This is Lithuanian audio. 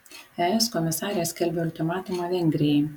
es komisarė skelbia ultimatumą vengrijai